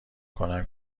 کنم